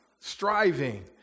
striving